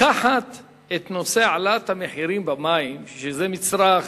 לקחת את נושא העלאת מחירי המים, שזה מצרך